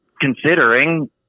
considering